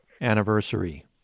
anniversary